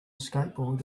skateboard